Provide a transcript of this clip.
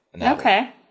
Okay